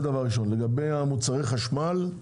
לגבי מוצרי החשמל,